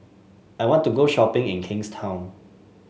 I want to go shopping in Kingstown